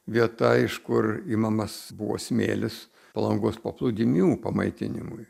vieta iš kur imamas buvo smėlis palangos paplūdimių pamaitinimui